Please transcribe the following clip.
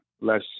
less